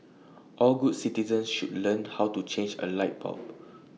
all good citizens should learn how to change A light bulb